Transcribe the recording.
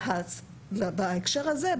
בהקשר הזה,